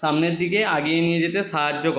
সামনের দিকে আগিয়ে নিয়ে যেতে সাহায্য